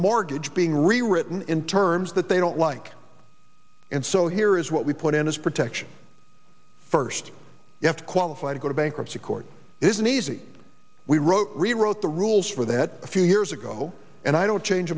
mortgage being rewritten in terms that they don't like and so here is what we put in as protection first you have to qualify to go to bankruptcy court it isn't easy we wrote rewrote the rules for that a few years ago and i don't